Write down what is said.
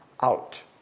out